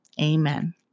Amen